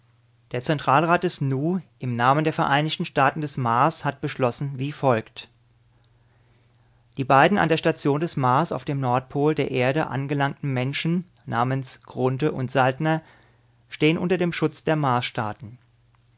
der zentralrat des nu im namen der vereinigten staaten des mars hat beschlossen wie folgt die beiden an der station des mars auf dem nordpol der erde angelangten menschen namens grunthe und saltner stehen unter dem schutz der